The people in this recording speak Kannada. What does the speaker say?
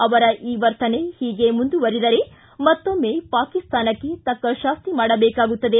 ಅವರ ಈ ವರ್ತನೆ ಹೀಗೆಯೇ ಮುಂದುವರೆದರೆ ಮತ್ತೊಮ್ಮ ಪಾಕಿಸ್ತಾನಕ್ಕೆ ತಕ್ಕ ಶಾಸ್ತಿ ಮಾಡಬೇಕಾಗುತ್ತದೆ